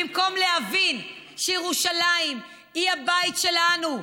במקום להבין שירושלים היא הבית שלנו,